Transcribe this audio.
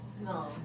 No